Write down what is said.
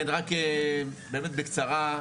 באמת בקצרה.